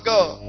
God